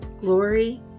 glory